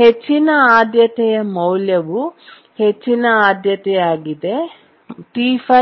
ಹೆಚ್ಚಿನ ಆದ್ಯತೆಯ ಮೌಲ್ಯವು ಹೆಚ್ಚಿನ ಆದ್ಯತೆಯಾಗಿದೆ T5